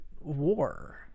war